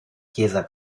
chiesa